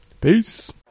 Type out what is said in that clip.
Peace